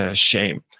ah shame,